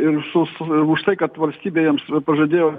ir sus ir už tai kad valstybė jiems pažadėjo